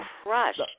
crushed